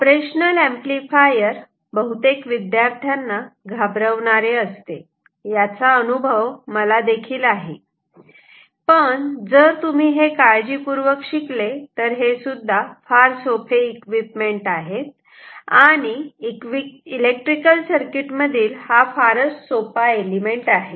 operational amplifier बहुतेक विद्यार्थ्यांना घाबरवणारे असते याचा अनुभव मलादेखील आहे पण जर तुम्ही हे काळजीपूर्वक शिकले तर हेसुद्धा फार सोपे इक्विपमेंट आहे आणि इलेक्ट्रिकल सर्किट मधील फार सोपा एलिमेंट आहे